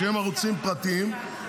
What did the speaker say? שהם ערוצים פרטיים,